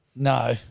No